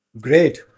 great